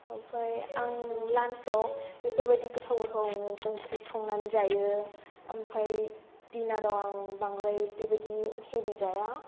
ओमफ्राय आं लान्साव बेफोरबायदि गोथाव गोथावनो ओंख्रै संनानै जायो ओमफ्राय डिनाराव आं बांद्राय बेबादि हेभि जाया